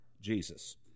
Jesus